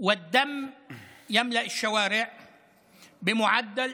האזרחים הערבים והיישובים הערביים והציעו את זה למכירה פומבית,